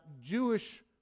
Jewish